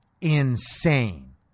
insane